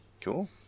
Cool